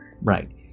right